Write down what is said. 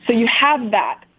but you have that.